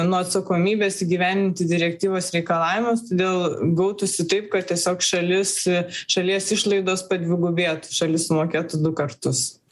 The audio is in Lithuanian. nuo atsakomybės įgyvendinti direktyvos reikalavimus todėl gautųsi taip kad tiesiog šalis šalies išlaidos padvigubėtų šalis sumokėtų du kartus